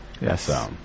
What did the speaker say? Yes